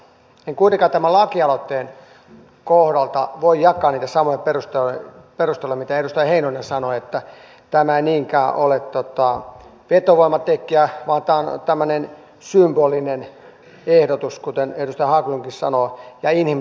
en kuitenkaan tämän lakialoitteen kohdalla voi jakaa niitä samoja perusteluja mitä edustaja heinonen sanoi että tämä ei niinkään ole vetovoimatekijä vaan tämä on tämmöinen symbolinen ehdotus kuten edustaja haglundkin sanoo ja inhimillisyystekijä